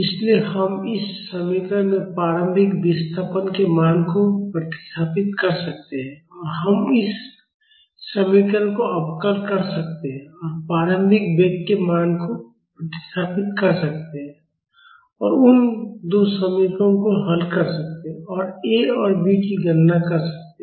इसलिए हम इस समीकरण में प्रारंभिक विस्थापन के मान को प्रतिस्थापित कर सकते हैं और हम इस समीकरण को अवकल कर सकते हैं और प्रारंभिक वेग के मान को प्रतिस्थापित कर सकते हैं और उन दो समीकरणों को हल कर सकते हैं और A और B की गणना कर सकते हैं